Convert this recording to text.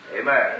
Amen